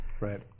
Right